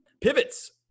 Pivots